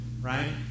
Right